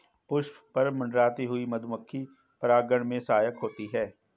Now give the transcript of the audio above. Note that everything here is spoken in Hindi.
पुष्प पर मंडराती हुई मधुमक्खी परागन में सहायक होती है